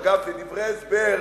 אגב, בדברי ההסבר,